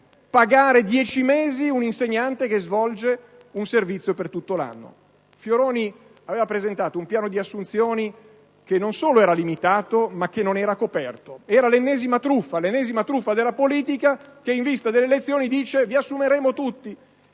pagare dieci mesi un insegnante che svolge un servizio per tutto l'anno. Il ministro Fioroni aveva a suo tempo presentato un piano di assunzioni che non solo era limitato, ma che non era coperto, era l'ennesima truffa della politica che alla vigilia delle elezioni dice: «vi assumeremo tutti